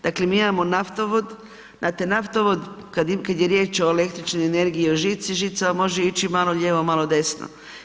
Dakle mi imamo naftovod, znate naftovod, kad je riječ o električnoj energiji, o žici, žica vam može ići malo lijevo, malo desno.